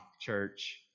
church